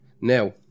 now